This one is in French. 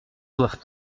doivent